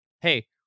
Hey